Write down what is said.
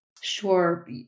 Sure